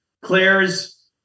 Claire's